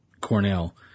Cornell